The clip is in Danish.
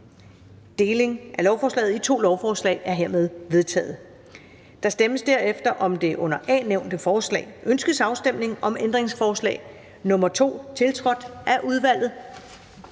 Deling af lovforslaget i to lovforslag er hermed vedtaget. Der stemmes derefter om det under A nævnte forslag [Forslag til lov om ændring af aktiesparekontoloven